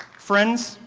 friends,